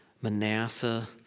Manasseh